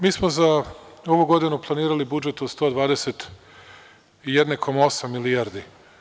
Mi smo za ovu godinu planirali budžet od 121,8 milijardi.